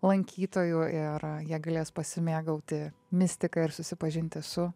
lankytojų ir jie galės pasimėgauti mistika ir susipažinti su